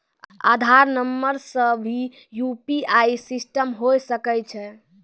आधार नंबर से भी यु.पी.आई सिस्टम होय सकैय छै?